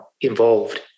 involved